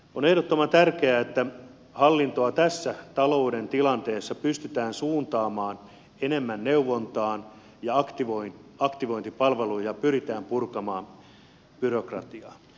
on ehdottoman tärkeää että hallintoa tässä talouden tilanteessa pystytään suuntaamaan enemmän neuvontaan ja aktivointipalveluihin ja pyritään purkamaan byrokratiaa